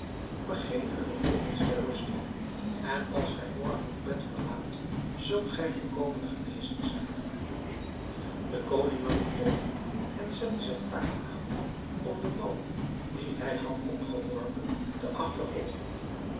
begeef u vervolgens ter ruste en als gij morgen uw bed verlaat zult gij volkomen genezen zijn de koning nam de kolf en zette zijn paard aan om den bal dien hij had opgeworpen te achtervolgen